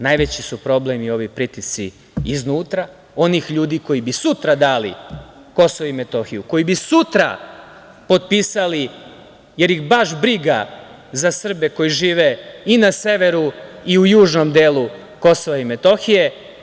Najveći su problem i ovi pritisci iznutra, onih ljudi koji bi sutra dali Kosovo i Metohiju, koji bi sutra potpisali, jer ih baš briga za Srbe koji žive i na severu i u južnom delu Kosova i Metohije.